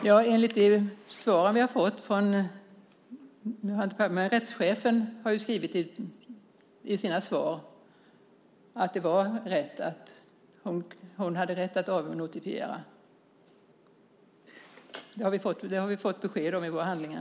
Herr talman! Nu har jag inte papperen med mig, men rättschefen har i sina svar skrivit att hon hade rätt att avnotifiera. Det har vi fått besked om i våra handlingar.